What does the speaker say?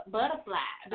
Butterfly